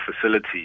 facility